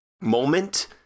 moment